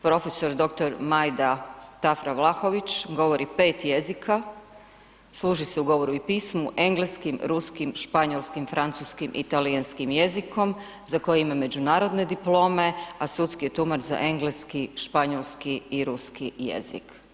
Prof.dr. Majda Tafra Vlahović govori 5 jezika, služi se u govoru i pismu engleskim, ruskim, španjolskim, francuskim i talijanskim jezikom za koji ima međunarodne diplome, a sudski je tumač za engleski, španjolski i ruski jezik.